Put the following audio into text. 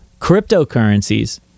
cryptocurrencies